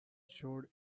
showed